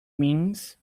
means